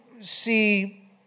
see